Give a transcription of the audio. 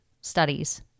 studies